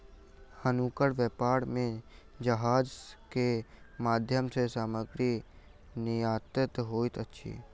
हुनकर व्यापार में जहाज के माध्यम सॅ सामग्री निर्यात होइत अछि